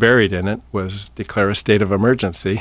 buried in it was declare a state of emergency